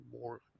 more